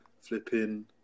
Flipping